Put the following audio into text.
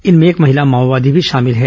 इनमें एक महिला माओवादी भी शामिल हैं